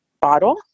bottle